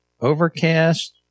overcast